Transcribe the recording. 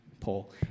poll